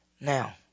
Now